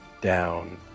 down